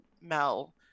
Mel